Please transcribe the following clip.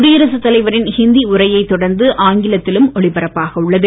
குடியரசு தலைவரின் இந்தி உரையை தொடர்ந்து ஆங்கிலத்திலும் ஒலிபரப்பாக உள்ளது